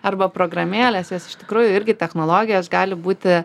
arba programėlės jos iš tikrųjų irgi technologijos gali būti